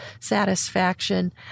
satisfaction